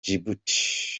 djibouti